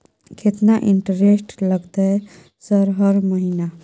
केतना इंटेरेस्ट लगतै सर हर महीना?